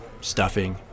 Stuffing